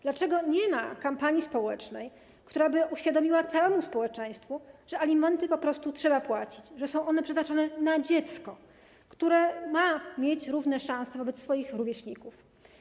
Dlaczego nie ma kampanii społecznej, która by uświadomiła całemu społeczeństwu, że alimenty po prostu trzeba płacić, że są one przeznaczone na dziecko, które ma mieć równe szanse wobec swoich rówieśników?